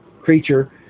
creature